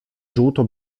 żółto